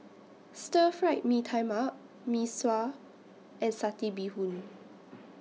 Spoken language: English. Stir Fried Mee Tai Mak Mee Sua and Satay Bee Hoon